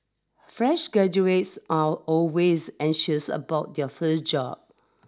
fresh graduates are always anxious about their first job